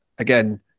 Again